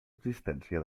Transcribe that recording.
existència